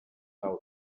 out